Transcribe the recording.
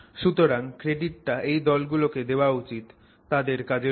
সুতরাং ক্রেডিটটা এই দলগুলোকে দেওয়া উচিত টাদের কাজের জন্য